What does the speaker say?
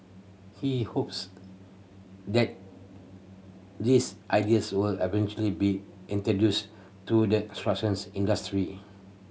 he hopes that these ideas will eventually be introduced to the struction industry